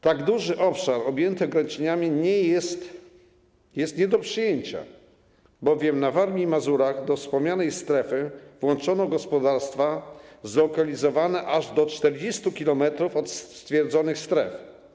Tak duży obszar objęty ograniczeniami jest nie do przyjęcia, bowiem na Warmii i Mazurach do wspomnianej strefy włączono gospodarstwa zlokalizowane aż do 40 km od stwierdzonych stref.